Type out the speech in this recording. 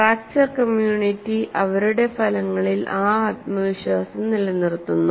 fracture community അവരുടെ ഫലങ്ങളിൽ ആ ആത്മവിശ്വാസം നിലനിർത്തുന്നു